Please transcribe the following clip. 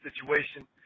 situation